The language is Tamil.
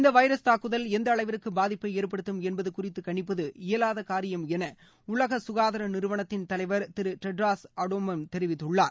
இந்த வைரஸ் தாக்குதல் எந்த அளவிற்கு பாதிப்பை ஏற்படுத்தும் என்பது குறித்து கணிப்பது இயலாத காரியம் என உலக சுகாதார நிறுவனத்தின் தலைவர் திரு டெட்ரோஸ் அடானோம் தெரிவித்துள்ளார்